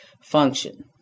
function